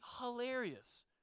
hilarious